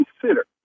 consider